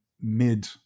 mid